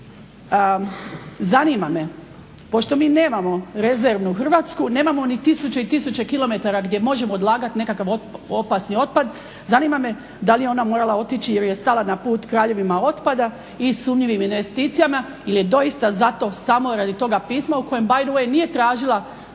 zanima me pošto mi nemamo rezervnu Hrvatsku nemamo ni tisuće i tisuće kilometara gdje možemo odlagati nekakav opasni otpad, zanima me da li je ona morala otići jer je stala na put kraljevima otpada i sumnjivim investicijama ili je doista samo zato samo radi toga pisma u kojem by the way nije tražila